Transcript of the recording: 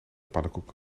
pannenkoek